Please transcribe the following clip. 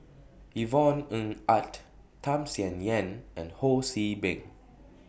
Yvonne Ng Uhde Tham Sien Yen and Ho See Beng